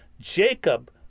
jacob